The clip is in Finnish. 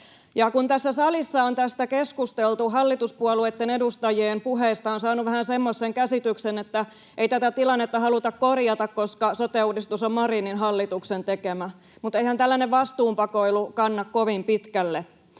Kun tässä salissa on tästä keskusteltu, hallituspuolueitten edustajien puheista on saanut vähän semmoisen käsityksen, että ei tätä tilannetta haluta korjata, koska sote-uudistus on Marinin hallituksen tekemä. Mutta eihän tällainen vastuunpakoilu kanna kovin pitkälle,